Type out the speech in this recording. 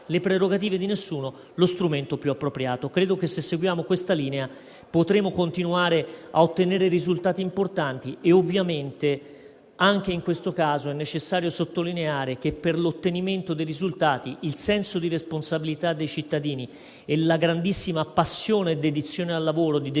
le prerogative di nessuno, lo strumento più appropriato. Credo che se seguiamo questa linea potremo continuare a ottenere risultati importanti. Ovviamente, anche in questo caso, è necessario sottolineare che per l'ottenimento dei risultati il senso di responsabilità dei cittadini e la grandissima passione e dedizione al lavoro di decine di